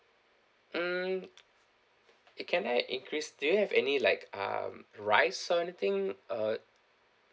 mm can I increase do you have any like uh rice or anything uh